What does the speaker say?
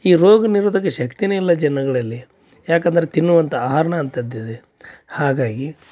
ಈ ರೋಗ ನಿರೋಧಕ ಶಕ್ತಿನೆ ಇಲ್ಲ ಜನಗಳಲ್ಲಿ ಯಾಕಂದ್ರ ತಿನ್ನುವಂಥಾ ಆಹಾರನ ಅಂತದ್ದು ಇದೆ ಹಾಗಾಗಿ